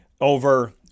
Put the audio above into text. over